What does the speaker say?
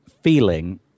feeling